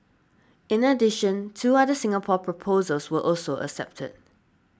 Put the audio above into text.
in addition two other Singapore proposals were also accepted